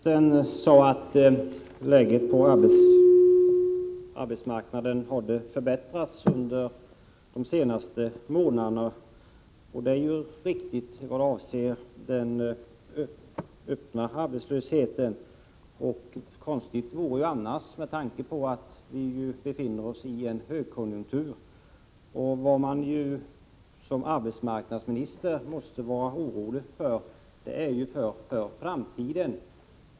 Herr talman! Arbetsmarknadsministern sade att läget på arbetsmarknaden har förbättrats under de senaste månaderna, och det är ju riktigt i vad avser den öppna arbetslösheten. Konstigt vore det annars med tanke på att vi befinner oss i en högkonjunktur. Det man som arbetsmarknadsminister måste vara orolig för är framtiden.